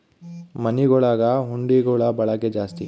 ಮನೆಗುಳಗ ಹುಂಡಿಗುಳ ಬಳಕೆ ಜಾಸ್ತಿ